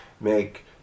make